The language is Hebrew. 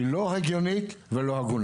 היא לא הגיונית ולא הגונה.